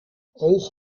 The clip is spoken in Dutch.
oog